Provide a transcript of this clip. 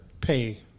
pay